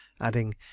adding